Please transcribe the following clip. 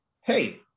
hey